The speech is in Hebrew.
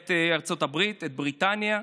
את ארצות הברית, את בריטניה,